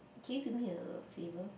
can you do me a favor